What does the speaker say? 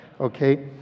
Okay